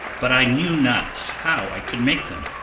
but i knew not how i could make them.